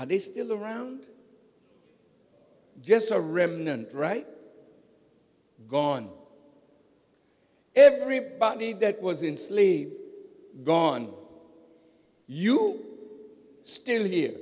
are they still around just a remnant right gone everybody that was insanely gone you're still here